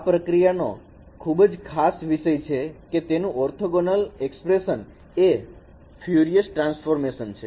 આ પ્રક્રિયાનો ખૂબ જ ખાસ વિષય છે કે તેનું ઓર્થોગોનલ એક્સપ્રેશન એ ફયુંરિયર ટ્રાન્સફોર્મ છે